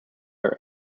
are